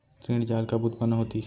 ऋण जाल कब उत्पन्न होतिस?